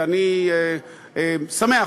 ואני שמח,